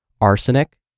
arsenic